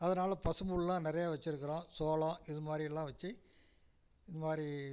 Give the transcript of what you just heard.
அதனால பசும்புல்லுலாம் நிறையா வெச்சிருக்குகிறோம் சோளம் இது மாதிரி எல்லாம் வெச்சு இது மாதிரி